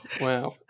Wow